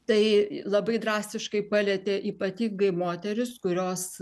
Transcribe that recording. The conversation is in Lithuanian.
tai labai drastiškai palietė ypatingai moteris kurios